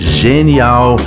genial